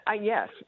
yes